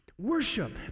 Worship